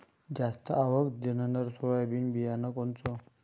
जास्त आवक देणनरं सोयाबीन बियानं कोनचं?